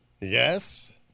Yes